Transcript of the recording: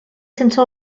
sense